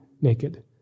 naked